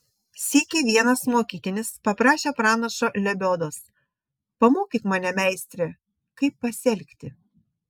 sykį vienas mokytinis paprašė pranašo lebiodos pamokyk mane meistre kaip pasielgti